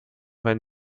wenn